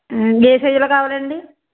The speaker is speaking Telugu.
ఏ సైజులో కావాలండి